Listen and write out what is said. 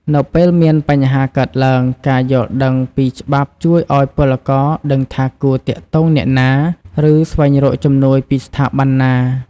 នៅពេលមានបញ្ហាកើតឡើង ការយល់ដឹងពីច្បាប់ជួយឱ្យពលករដឹងថាគួរទាក់ទងអ្នកណា ឬស្វែងរកជំនួយពីស្ថាប័នណា។